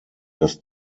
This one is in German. dass